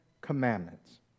Commandments